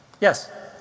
Yes